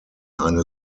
eine